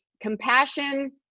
compassion